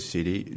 City